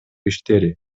иштери